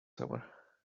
summer